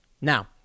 Now